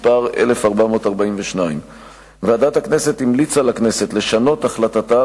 מס' 1442. ועדת הכנסת המליצה לכנסת לשנות את החלטתה